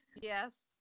yes